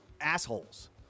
assholes